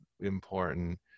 important